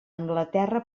anglaterra